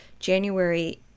January